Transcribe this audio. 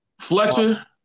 Fletcher